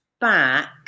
back